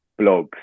blogs